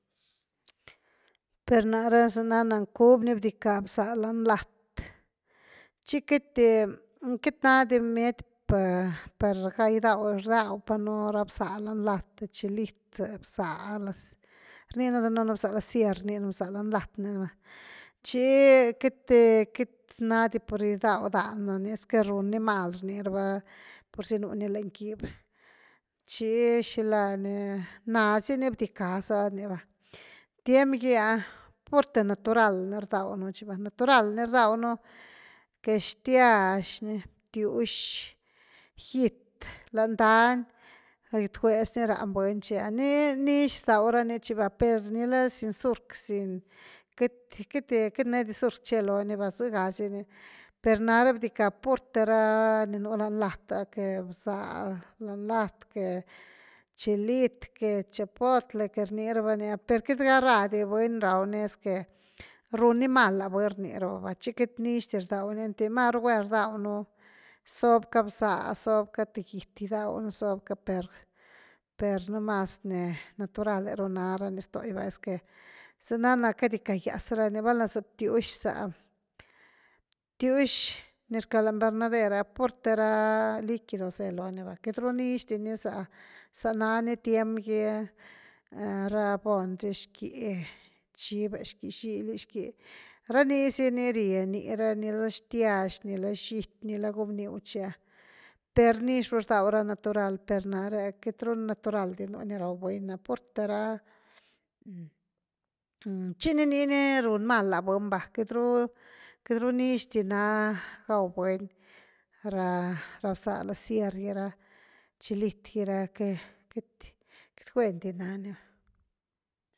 Per na’re za ná na, cubi ni bdicka bza lan lat, chi queity-queity na di miet par gai gidaw pa nú bza lan lat, za chilit, za bza laz rni nú danunu bza la sierr, rni nú bza la lat ni va chi queity-queity nadi pur gidaw dánú ni, esque run ni mal rni raba, pur zy nuni lany gib, tchi xila ni, ná za ni bdicka za ni va, tiem gy’a purte natural ni rdawnu chi va, natural ni rdaw nú que xtyax ni, btywx, git lan dany, gitgwex ni rán buny chi va, nii nix rdaw rani chi va per nicla sin zurc sin queity-queity ne di zurc che loni va zëga si ni, per nare bdicka purte ra ni nú lan lat que bza lan lat que chilit que cgipotle rni raba ni’ah. per queity ra ga di buny raw ni es que run ni mal la buny rni raba va, chi queity nix di rdaw ni einty maru guen gidaw nú zob ca bzá sob cka th git gidaw nú zob ca per per numas ni natural’e ru na ra ni ztoi va esque, za na ná cadickagias ra ni valna za btywx za, btiux ni rca lo invernader’a purte ra liquidos se loni va, queity run nix di za nani tiem gy, ra bony zy xqui chiv’e, xqui xily xqui, ranii si ni rye ni ra ni, nicla xtyax, nicla xity nicla gunbniu chi a, per nix ru rdaw ra natural, per nare’a queity ru natural di ru ni raw buny na, purte ra chí ni nii ni run mal la buny va, queity ru, queity run nix di na gaw buny ra bza la sierr gy, ra chilit gy ra que queity-queity guen di nani va.